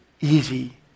easy